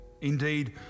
Indeed